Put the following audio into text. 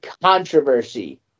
controversy